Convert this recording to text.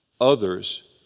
others